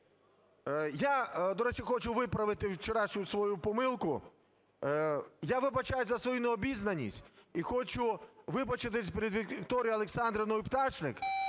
Я, до речі, хочу виправити вчорашню свою помилку. Я вибачаюсь за свою необізнаність і хочу вибачитися перед Вікторією Олександрівною Пташник.